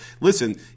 listen